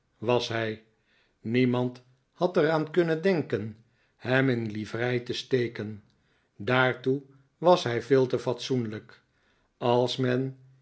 was hij niemand had er aan kunnen denken hem in livrei te steken daartoe was hij veel te fatsoenlijk als men